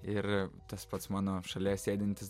ir tas pats mano šalia sėdintis